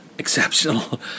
Exceptional